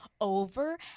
over